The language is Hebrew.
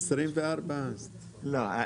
24. לא,